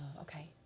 okay